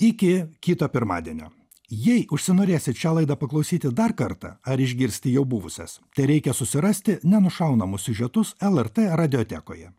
iki kito pirmadienio jei užsinorėsit šią laidą paklausyti dar kartą ar išgirsti jau buvusias tereikia susirasti nenušaunamus siužetus lrt radiotekoje